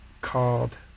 called